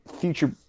future